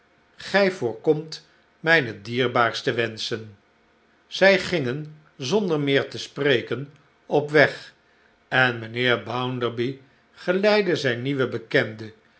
gij voorkomt mijne dierbaarste wenschen zij gingen zonder meer te spreken op weg en mijnheer bounderby geleidde zijn nieuwen bekende